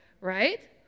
right